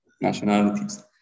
nationalities